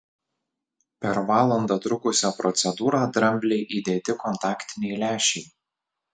per valandą trukusią procedūrą dramblei įdėti kontaktiniai lęšiai